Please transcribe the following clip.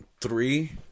Three